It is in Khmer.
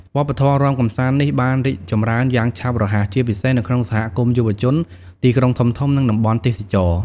វប្បធម៌រាំកម្សាន្តនេះបានរីកចម្រើនយ៉ាងឆាប់រហ័ស ជាពិសេសនៅក្នុងសហគមន៍យុវជន ទីក្រុងធំៗ និងតំបន់ទេសចរណ៍។